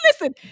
listen